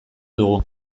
dugu